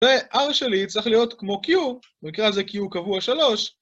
זה r שלי צריך להיות כמו q, נקרא לזה q קבוע שלוש